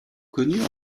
connue